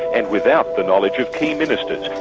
and without the knowledge of key ministers.